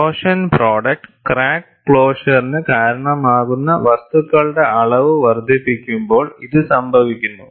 corrosion product crack ക്ലോഷറിന് കാരണമാകുന്ന വസ്തുക്കളുടെ അളവ് വർദ്ധിപ്പിക്കുമ്പോൾ ഇത് സംഭവിക്കുന്നു